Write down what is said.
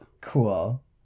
Cool